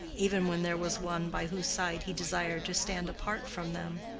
even when there was one by whose side he desired to stand apart from them?